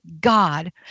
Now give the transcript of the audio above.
God